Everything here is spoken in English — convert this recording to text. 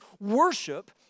worship